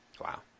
Wow